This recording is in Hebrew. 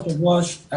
כבוד היו"ר,